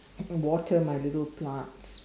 water my little plants